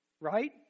right